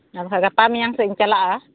ᱟᱨ ᱵᱟᱠᱷᱟᱱ ᱜᱟᱯᱟ ᱢᱮᱭᱟᱝ ᱥᱮᱫ ᱤᱧ ᱪᱟᱞᱟᱜᱼᱟ